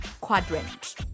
Quadrant